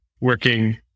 working